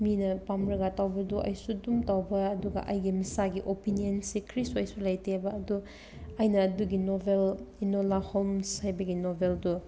ꯃꯤꯅ ꯄꯥꯝꯔꯒ ꯇꯧꯕꯗꯣ ꯑꯩꯁꯨ ꯗꯨꯝ ꯇꯧꯕ ꯑꯗꯨꯒ ꯑꯩꯒꯤ ꯃꯁꯥꯒꯤ ꯑꯣꯄꯤꯅꯤꯌꯟꯁꯦ ꯀꯔꯤꯁꯨ ꯑꯩꯁꯨ ꯂꯩꯇꯦꯕ ꯑꯗꯣ ꯑꯩꯅ ꯑꯗꯨꯒꯤ ꯅꯣꯕꯦꯜ ꯏꯅꯣꯂꯥ ꯍꯣꯝꯁ ꯍꯥꯏꯕꯒꯤ ꯅꯣꯕꯦꯜꯗꯣ